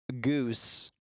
Goose